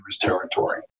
territory